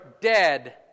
dead